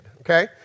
okay